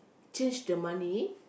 change the money